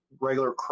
regular